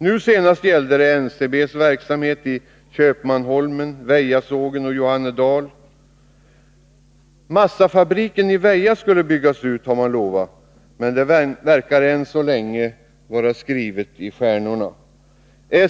Nu senast gällde det NCB:s verksamhet i Köpmanholmen, Johannedal och vid Vejasågen. Massafabriken i Veja skulle byggas ut, har man lovat, men det verkar än så länge vara skrivet i stjärnorna.